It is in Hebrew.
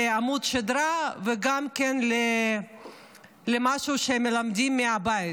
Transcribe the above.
לעמוד שדרה וגם כן למשהו שמלמדים מהבית: